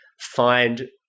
find